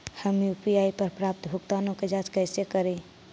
हम यु.पी.आई पर प्राप्त भुगतानों के जांच कैसे करी?